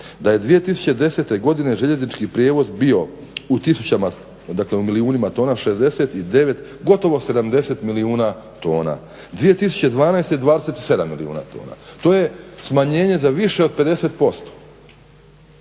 da je 2010.godine željeznički prijevoz bio u tisućama, dakle u milijunima tona, 69, gotovo 70 milijuna tona. 2012. 27 milijuna tona. To je smanjenje za više od 50%.